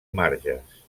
marges